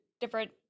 different